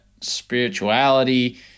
spirituality